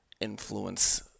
influence